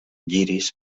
lliris